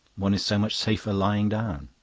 one is so much safer lying down.